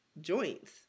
joints